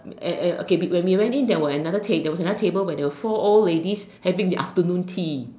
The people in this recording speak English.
uh uh ya okay big when we went in there were another take there was another table but there were four old ladies having their afternoon tea